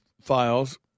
files